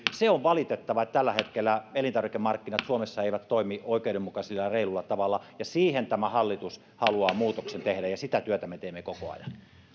on valitettavaa että tällä hetkellä elintarvikemarkkinat suomessa eivät toimi oikeudenmukaisella ja reilulla tavalla ja siihen tämä hallitus haluaa tehdä muutoksen ja sitä työtä me teemme koko ajan